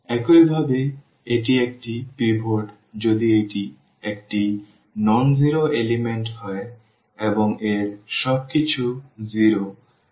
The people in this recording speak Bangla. একইভাবে এটি একটি পিভট যদি এটি একটি অ শূন্য উপাদান হয় এবং এর সবকিছু 0 এবং এর সবকিছু 0 হয়